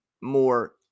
more